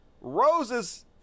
Rose's